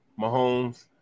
Mahomes